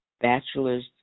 bachelor's